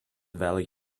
valley